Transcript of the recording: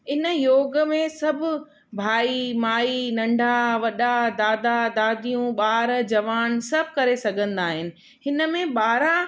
इन योग में सभु भाई माई नंढा वॾा दादा दादियूं ॿार जवान सभु करे सघंदा आहिनि हिन में ॿारहं